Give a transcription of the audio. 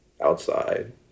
outside